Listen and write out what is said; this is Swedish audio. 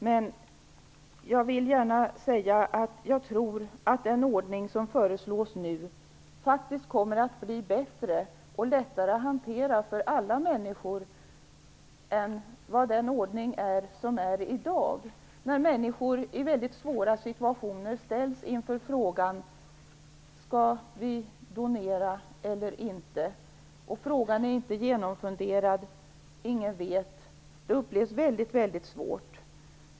Men jag vill gärna säga att jag tror att den ordning som föreslås nu faktiskt kommer att bli bättre och lättare att hantera för alla människor än den ordning som råder i dag, när människor i väldigt svåra situationer ställs inför frågan: Skall vi donera eller inte? Frågan är kanske inte genomfunderad, och ingen vet. Det upplevs som väldigt, väldigt svårt.